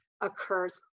occurs